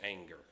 anger